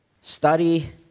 study